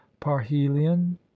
parhelion